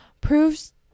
proves